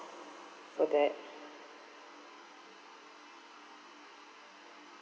for that